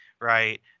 right